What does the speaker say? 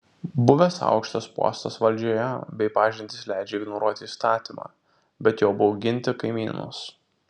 buvęs aukštas postas valdžioje bei pažintys leidžia ignoruoti įstatymą bet juo bauginti kaimynus